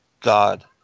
God